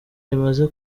rimaze